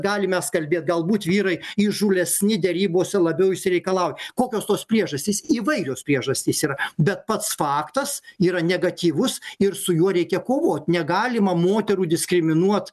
galim mes galbūt vyrai įžūlesni derybose labiau išsireikalaut kokios tos priežastys įvairios priežastys yra bet pats faktas yra negatyvus ir su juo reikia kovot negalima moterų diskriminuot